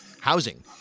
housing